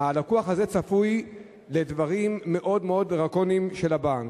הלקוח הזה צפוי לדברים מאוד מאוד דרקוניים של הבנק,